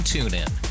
TuneIn